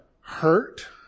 hurt